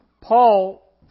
Paul